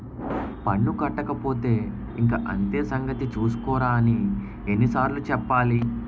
పన్ను కట్టకపోతే ఇంక అంతే సంగతి చూస్కోరా అని ఎన్ని సార్లు చెప్పాలి